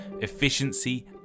efficiency